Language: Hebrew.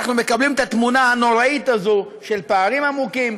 ואנחנו מקבלים את התמונה הנוראית הזאת של פערים עמוקים,